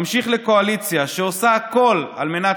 ממשיך לקואליציה שעושה הכול על מנת